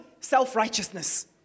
self-righteousness